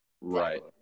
Right